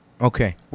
Okay